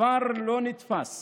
מספר לא נתפס